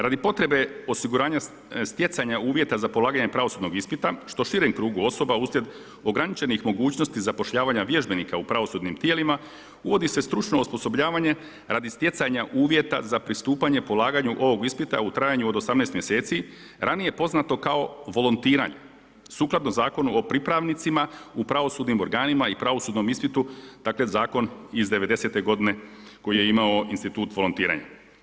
Radi potrebe osiguranja stjecanja uvjeta za polaganje pravosudnog ispita što širem krugu osoba uslijed ograničenih mogućnosti zapošljavanja vježbenika u pravosudnim tijelima, uvodi se stručno osposobljavanje radi stjecanja uvjeta za pristupanje polaganju ovog ispita u trajanju od 18 mj. ranije poznato kao volontiranje sukladno Zakon o pripravnicima u pravosudnim organima i pravosudnom ispitu dakle zakon iz '90-te godine koji je imao institut volontiranja.